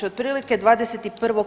Otprilike 21.